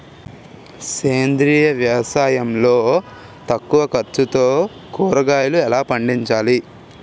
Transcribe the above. సేంద్రీయ వ్యవసాయం లో తక్కువ ఖర్చుతో కూరగాయలు ఎలా పండించాలి?